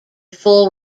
full